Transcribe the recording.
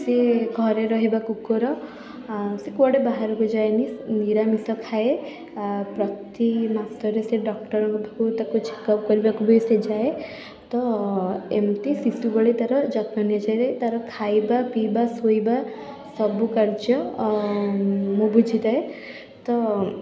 ସିଏ ଘରେ ରହିବା କୁକୁର ସେ କୁଆଡ଼େ ବାହାରକୁ ଯାଏନି ନିରାମିଷ ଖାଏ ଓ ପ୍ରତି ମାସରେ ସିଏ ଡକ୍ଟର୍ଙ୍କ ପାଖକୁ ତାକୁ ଚେକ୍ଅପ୍ କରିବାକୁ ବି ସେ ଯାଏ ତ ଏମିତି ଶିଶୁ ଭଳି ତାର ଯତ୍ନ ନିଆଯାଏ ତା'ର ଖାଇବା ପିଇବା ଶୋଇବା ସବୁ କାର୍ଯ୍ୟ ମୁଁ ବୁଝିଥାଏ ତ